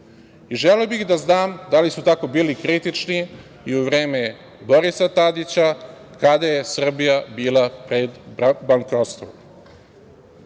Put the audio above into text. i želeo bih da znam da li su tako bili kritični i u vreme Borisa Tadića, kada je Srbija bila pred bankrotstvom. Danas